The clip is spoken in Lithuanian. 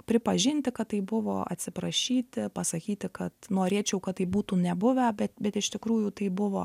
pripažinti kad taip buvo atsiprašyti pasakyti kad norėčiau kad taip būtų nebuvę bet bet iš tikrųjų tai buvo